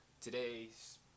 Today's